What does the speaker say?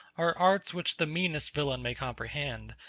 are arts which the meanest villain may comprehend,